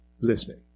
listening